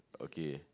okay